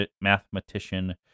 mathematician